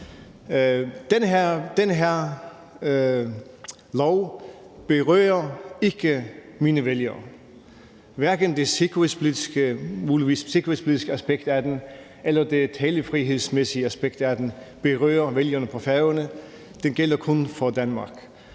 Den her lov berører ikke mine vælgere. Hverken det mulige sikkerhedspolitiske aspekt af den eller det talefrihedsmæssige aspekt af den berører vælgerne på Færøerne; det gælder kun for Danmark.